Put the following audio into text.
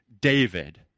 David